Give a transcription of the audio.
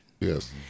yes